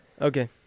Okay